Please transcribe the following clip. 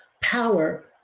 power